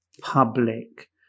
public